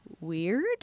weird